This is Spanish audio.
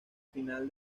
final